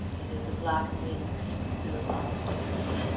it is the black wind he replied dolefully.